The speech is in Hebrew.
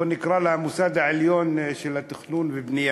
בואו נקרא לה "המוסד העליון של התכנון והבנייה".